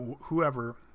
whoever